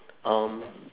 um